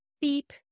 beep